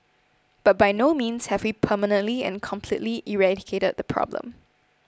but by no means have we permanently and completely eradicated the problem